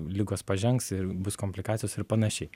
ligos pažengs ir bus komplikacijos ir panašiai